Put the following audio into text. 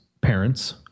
parents